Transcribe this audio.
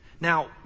Now